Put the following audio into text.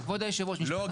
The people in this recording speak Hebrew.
לא,